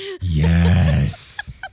Yes